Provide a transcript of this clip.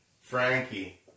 Frankie